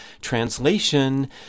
Translation